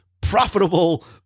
profitable